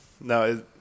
No